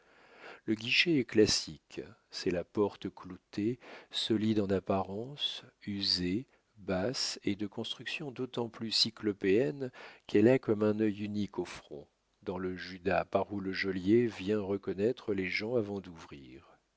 le guichet est classique c'est la porte cloutée solide en apparence usée basse et de construction d'autant plus cyclopéenne qu'elle a comme un œil unique au front dans le judas par où le geôlier vient reconnaître les gens avant d'ouvrir